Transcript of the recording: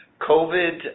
COVID